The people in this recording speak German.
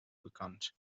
bekannt